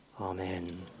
amen